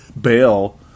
bail